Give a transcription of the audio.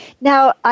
Now